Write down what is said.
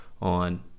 on